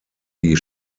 die